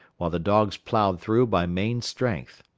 while the dogs ploughed through by main strength.